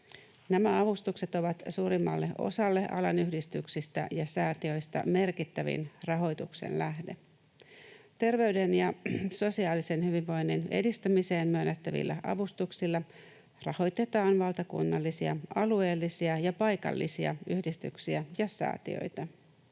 Nämä avustukset ovat suurimmalle osalle alan yhdistyksistä ja säätiöistä merkittävin rahoituksen lähde. Terveyden ja sosiaalisen hyvinvoinnin edistämiseen myönnettävillä avustuksilla rahoitetaan valtakunnallisia, alueellisia ja paikallisia yhdistyksiä ja säätiöitä.